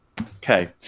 okay